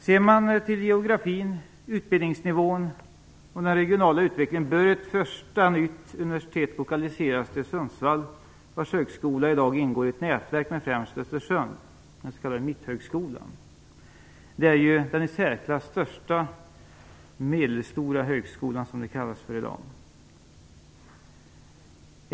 Ser man till geografin, utbildningsnivån och den regionala utvecklingen bör ett första nytt universitet lokaliseras till Sundsvall, vars högskola i dag ingår i ett nätverk med främst Östersund - den s.k. Mitthögskolan. Det är den i särklass största medelstora högskolan.